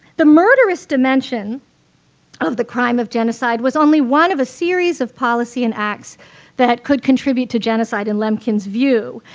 the murderous dimension of the crime of genocide was only one of a series of policy and acts that could contribute to genocide in lemkin's view,